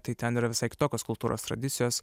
tai ten yra visai kitokios kultūros tradicijos